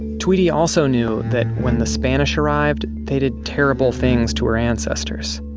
tweety also knew that when the spanish arrived they did terrible things to her ancestors,